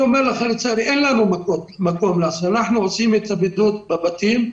לצערי אין לנו מקום אחר אנחנו עושים את הבידוד בבתים,